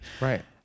Right